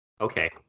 Okay